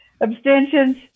Abstentions